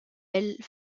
elle